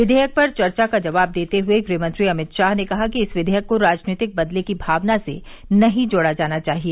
विवेयक पर चर्चा का जवाब देते हुए गृहमंत्री अमित शाह ने कहा कि इस विधेयक को राजनीतिक बदले की भावना से नहीं जोड़ा जाना चाहिए